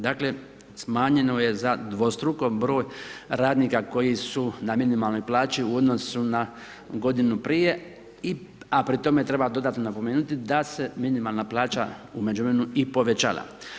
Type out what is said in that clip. Dakle, smanjeno je za dvostruko broj radnika, koji su na minimalnoj plaći u odnosu na godinu prije, a pri time treba dodatno napomenuti, da se minimalna plaća u međuvremenu i povećala.